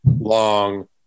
long